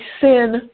sin